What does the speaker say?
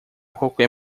qualquer